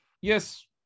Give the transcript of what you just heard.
yes